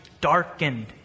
darkened